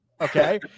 Okay